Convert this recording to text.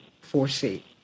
foresee